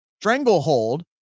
stranglehold